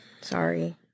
Sorry